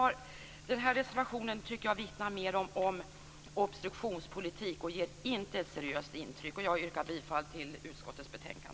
Reservationen vittnar mer om obstruktionspolitik, och den ger inte ett seriöst intryck. Jag yrkar bifall till utskottets hemställan.